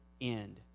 end